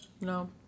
No